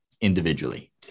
individually